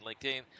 LinkedIn